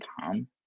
Tom